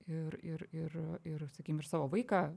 ir ir ir ir sakykim ir savo vaiką